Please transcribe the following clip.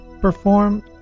performed